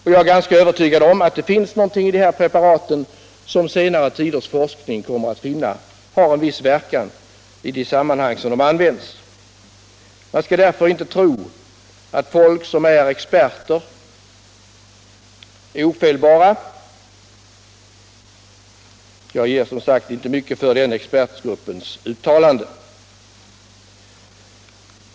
Jag är övertygad om att det finns någonting i THX-preparaten som senare tiders forskning kommer att visa har en viss verkan i de sammanhang där de används. Man skall alltså inte tro att folk som är experter är ofelbara. Jag ger som sagt inte mycket för expertgruppens uttalanden.